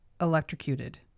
electrocuted